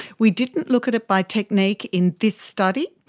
we didn't look at it by technique in this study.